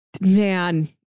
Man